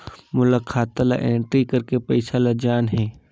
मोला खाता ला एंट्री करेके पइसा ला जान हे?